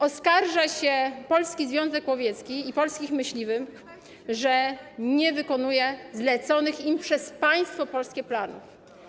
Oskarża się Polski Związek Łowiecki i polskich myśliwych, że nie wykonują zleconych im przez państwo polskie planów.